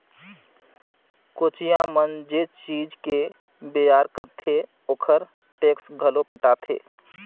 कोचिया मन जे चीज के बेयार करथे ओखर टेक्स घलो पटाथे